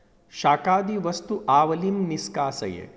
शाकादिवस्तु आवलिं निष्कासय